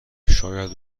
شاید